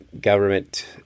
government